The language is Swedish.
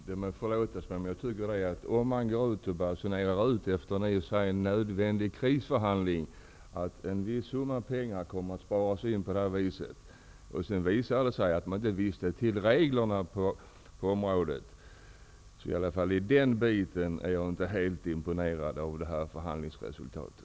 Herr talman! Det må förlåtas mig, men jag måste säga följande. Om man efter en i och för sig nödvändig krisförhandling basunerar ut att en viss summa pengar kommer att sparas in på det här viset och det sedan visar sig att reglerna på området omöjliggör avsedda besparingseffekt, blir jag inte imponerad av förhandlingsresultatet.